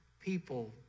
people